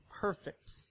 perfect